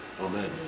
Amen